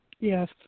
Yes